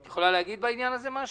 את יכולה להגיד בעניין הזה משהו?